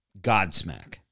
Godsmack